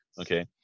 Okay